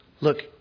look